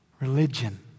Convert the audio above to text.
religion